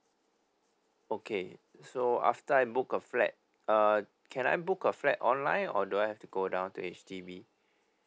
okay so after I book a flat uh can I book a flat online or do I have to go down to H_D_B